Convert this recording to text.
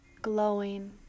Glowing